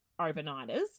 overnighters